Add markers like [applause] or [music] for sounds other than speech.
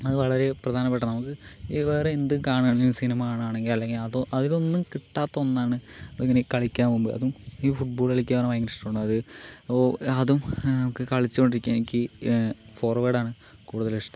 അത് വളരെ പ്രധാനപെട്ടതാണ് നമുക്ക് [unintelligible] വേറെ എന്തും കാണാനും സിനിമ കാണാൻ ആണെങ്കിലും അല്ലെങ്കിൽ അതോ അതിലൊന്നും കിട്ടാത്ത ഒന്നാണ് പിന്നെ കളിക്കാൻ പോകുമ്പോ അതും എനിക്ക് ഫുട്ബോൾ കളിക്കാൻ ഭയങ്കര ഇഷ്ടാണ് അത് ഇപ്പോൾ അതും നമുക്ക് കളിച്ചോണ്ടിരിക്കാൻ എനിക്ക് ഫോർവേഡ് ആണ് കൂടുതൽ ഇഷ്ടം